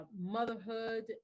motherhood